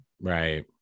Right